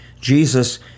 Jesus